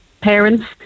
parents